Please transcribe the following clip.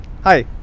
Hi